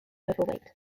overweight